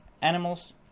animals